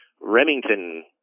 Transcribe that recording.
Remington